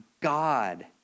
God